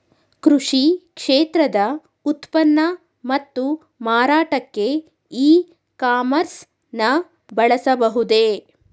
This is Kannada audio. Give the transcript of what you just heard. ಕೃಷಿ ಕ್ಷೇತ್ರದ ಉತ್ಪನ್ನ ಮತ್ತು ಮಾರಾಟಕ್ಕೆ ಇ ಕಾಮರ್ಸ್ ನ ಬಳಸಬಹುದೇ?